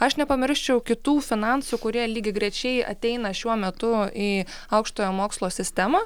aš nepamirščiau kitų finansų kurie lygiagrečiai ateina šiuo metu į aukštojo mokslo sistemą